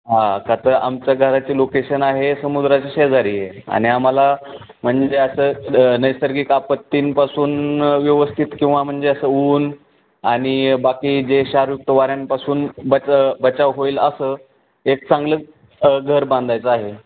हां का तर आमच्या घराची लोकेशन आहे समुद्राची शेजारी आहे आणि आम्हाला म्हणजे असं नैसर्गिक आपत्तींपासून व्यवस्थित किंवा म्हणजे असं ऊन आणि बाकी जे शारूकत वऱ्यांपासून बच बचाव होईल असं एक चांगलं घर बांधायचं आहे